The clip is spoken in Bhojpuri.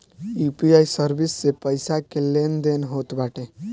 यू.पी.आई सर्विस से पईसा के लेन देन होत बाटे